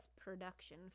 production